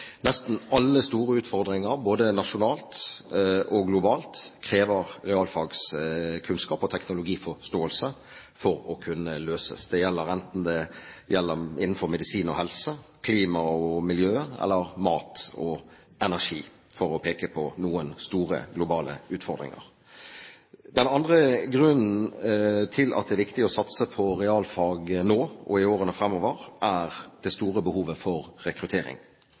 Nesten alle store utfordringer både nasjonalt og globalt krever realfagskunnskap og teknologiforståelse for å kunne løses. Det gjelder innenfor medisin og helse, klima og miljø eller mat og energi, for å peke på noen store globale utfordringer. Den andre grunnen til at det er viktig å satse på realfag nå og i årene framover er det store behovet for rekruttering.